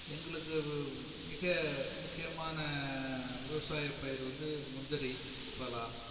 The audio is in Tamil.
எங்களுக்கு மிக முக்கியமான விவசாயப் பயிர் வந்து முந்திரி பலா